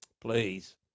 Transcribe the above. Please